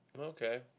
okay